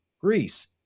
Greece